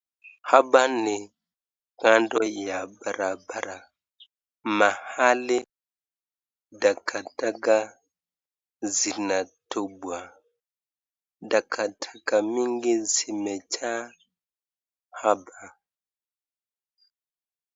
Hapa ni kando ya barabara mahali takataka zinatupwa takataka mingi zimejaa hapa.